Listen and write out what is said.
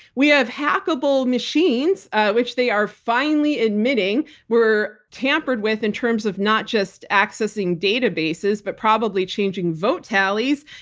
we have hackable machines which they are finally admitting were tampered with in terms of not just accessing databases but probably changing vote tallies.